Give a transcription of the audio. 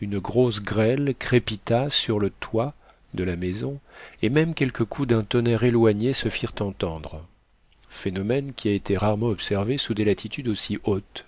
une grosse grêle crépita sur le toit de la maison et même quelques coups d'un tonnerre éloigné se firent entendre phénomène qui a été rarement observé sous des latitudes aussi hautes